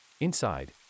Inside